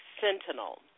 Sentinel